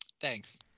Thanks